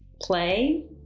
play